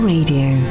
Radio